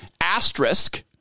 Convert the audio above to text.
Asterisk